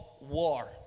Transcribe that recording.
war